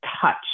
touch